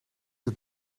het